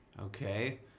Okay